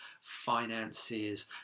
finances